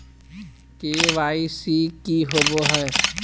KYC की होबो है?